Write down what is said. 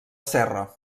serra